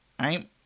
right